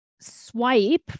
swipe